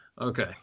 Okay